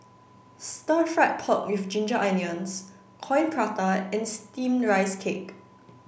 stir fried pork with ginger onions coin prata and steamed rice cake